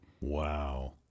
wow